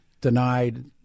denied